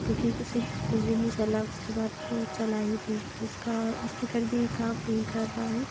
क्योंकि कुछ ही कुछ दिन ही चला उसके बाद वह चला ही नहीं उसका स्पीकर भी काम नहीं कर रहा है